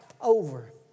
over